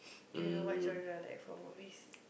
do you know what genre I like for movies